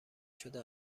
شده